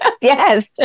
Yes